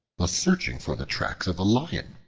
was searching for the tracks of a lion.